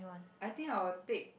I think I will take